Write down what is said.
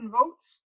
votes